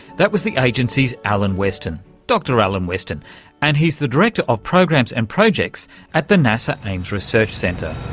that was the agency's alan weston dr alan weston and he's the director of programs and projects at the nasa ames research centre.